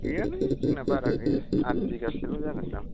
गैयालै जोंना बारा गैया आठ बिगासोल' जागोन दां